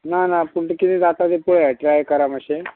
ना ना पूण ती किदें जाता तें पळय ट्राय करा मातशें